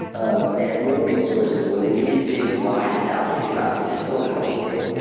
um and they had no resources. and when they needed big, wide establishing shots, they just filmed a painting.